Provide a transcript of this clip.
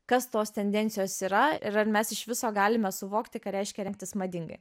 kas tos tendencijos yra ir ar mes iš viso galime suvokti ką reiškia rengtis madingai